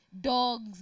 Dogs